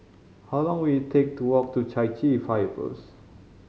how long will it take to walk to Chai Chee Fire Post